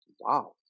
Wow